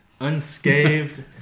unscathed